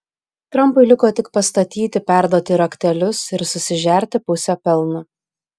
trampui liko tik pastatyti perduoti raktelius ir susižerti pusę pelno